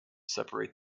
separate